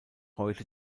heute